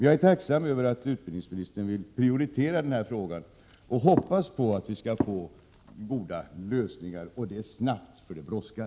Jag är tacksam över att utbildningsministern vill prioritera denna fråga. Jag hoppas vi skall få goda lösningar — och det snabbt, för det brådskar.